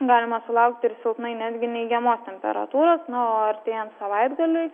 galima sulaukti ir silpnai netgi neigiamos temperatūros na o artėjant savaitgaliui